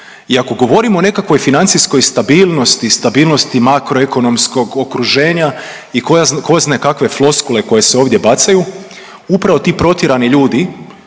I ako govorimo o nekakvoj financijskoj stabilnosti i stabilnosti makro ekonomskog okruženja i koja, i tko zna kakve floskule koje se ovdje bacaju upravo ti protjerani ljudi